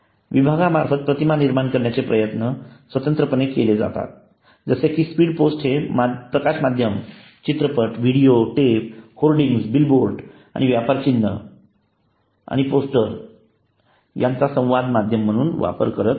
विभागा मार्फत प्रतिमा निर्माण करण्याचा प्रयत्न स्वतंत्रपणे केला जातो जसे कि स्पीड पोस्ट हे प्रकाशन माध्यम चित्रपट video tape hoardings billboard व्यापार चिन्हे आणि पोस्टर्स यांचा संवाद माध्यम म्हणून वापर करत आहे